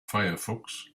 firefox